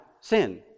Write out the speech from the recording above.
sin